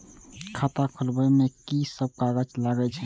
खाता खोलब में की सब कागज लगे छै?